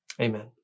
amen